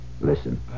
Listen